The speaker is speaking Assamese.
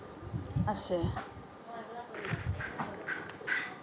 আছে